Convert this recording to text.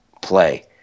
play